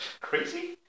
crazy